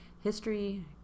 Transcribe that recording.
history